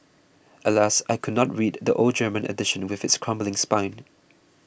alas I could not read the old German edition with its crumbling spine